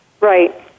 Right